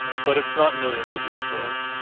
but it's not millions of years old.